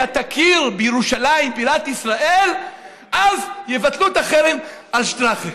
תכיר בירושלים כבירת ישראל אז יבטלו את החרם על שטראכה.